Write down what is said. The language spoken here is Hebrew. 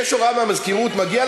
יש לך 44 דקות.